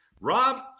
Rob